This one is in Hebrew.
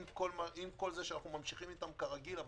עם כל זה שאנחנו ממשיכים איתם כרגיל,